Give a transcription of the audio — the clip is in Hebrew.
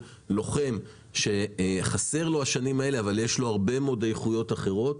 לוחם שחסרות לו השנים האלה אבל יש לו הרבה מאוד איכויות אחרות,